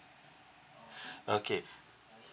okay